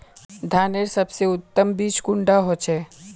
धानेर सबसे उत्तम बीज कुंडा होचए?